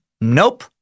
Nope